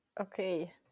Okay